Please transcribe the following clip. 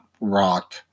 rock